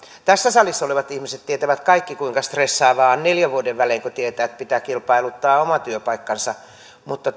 tässä salissa olevat ihmiset tietävät kaikki kuinka stressaavaa on neljän vuoden välein kun tietää että pitää kilpailuttaa oma työpaikkansa mutta